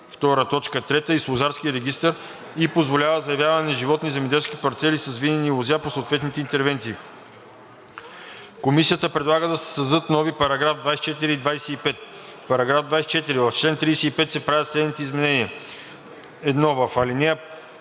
и с лозарския регистър и позволява заявяване на животни и земеделски парцели с винени лозя по съответните интервенции.“ Комисията предлага да се създадат нови § 24 и 25: „§ 24. В чл. 35 се правят следните изменения: 1. В ал.